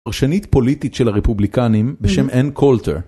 פרשנית פוליטית של הרפובליקנים בשם אן קולטר.